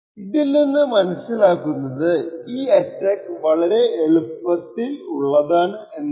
ഇതിൽ നിന്ന് മനസ്സിലാക്കുന്നത് ഈ അറ്റാക്ക് വളരെ എളുപ്പമുള്ളതാണ് എന്നാണ്